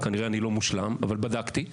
אני כנראה לא מושלם אבל בדקתי,